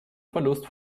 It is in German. verlust